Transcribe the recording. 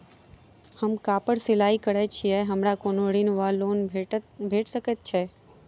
हम कापड़ सिलाई करै छीयै हमरा कोनो ऋण वा लोन भेट सकैत अछि?